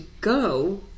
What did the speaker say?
go